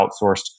outsourced